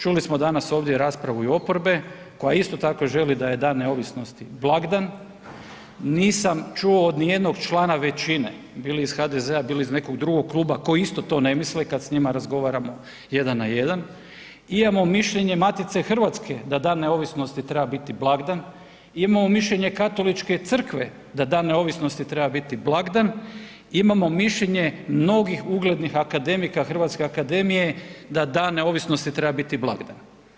Čuli smo danas ovdje i raspravu i oporbe koja isto tako želi da je Dan neovisnosti blagdan, nisam čuo ni od jednog člana većine bili iz HDZ-a, bili iz nekog drugog kluba koji isto to ne misli kad s njima razgovaramo 1 na 1. Imamo mišljenje Matice hrvatske da Dan neovisnosti treba biti blagdan, imamo mišljenje Katoličke crkve da Dan neovisnosti treba biti blagdan, imamo mišljenje mnogih uglednih akademika Hrvatske akademije da Dan neovisnosti treba biti blagdan.